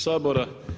Sabora.